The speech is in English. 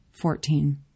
Fourteen